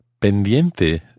Pendiente